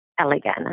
elegant